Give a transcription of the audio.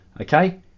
okay